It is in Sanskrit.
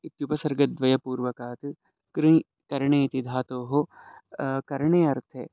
इत्युपसर्गद्वयपूर्वकात् कृ करणे इति धातोः करणे अर्थे